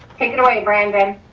take it away, brandon.